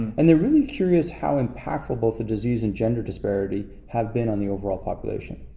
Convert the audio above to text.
and they're really curious how impactful both the disease and gender disparity have been on the overall population.